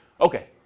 Okay